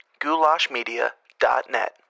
goulashmedia.net